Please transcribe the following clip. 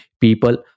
people